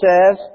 says